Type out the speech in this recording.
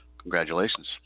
Congratulations